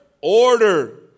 Order